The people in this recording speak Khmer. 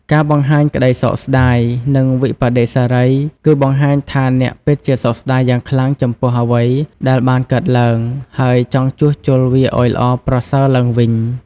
ការបង្ហាញក្តីសោកស្ដាយ និងវិប្បដិសារី គឺបង្ហាញថាអ្នកពិតជាសោកស្ដាយយ៉ាងខ្លាំងចំពោះអ្វីដែលបានកើតឡើង ហើយចង់ជួសជុលវាឱ្យល្អប្រសើរទ្បើងវិញ។